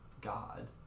God